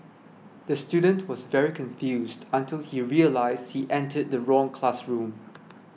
the student was very confused until he realised he entered the wrong classroom